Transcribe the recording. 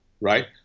Right